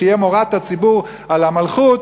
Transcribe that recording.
שתהיה מוראת הציבור על המלכות,